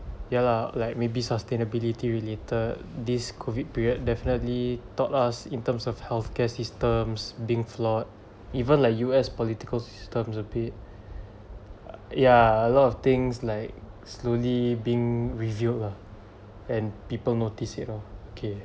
ya lah like maybe sustainability related this COVID period definitely taught us in terms of health care systems being flawed even like U_S political systems are a bit ya a lot of things like slowly being revealed lah and people notice you know okay